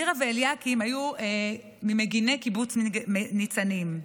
מירה ואליקים היו ממגיני קיבוץ ניצנים.